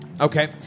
Okay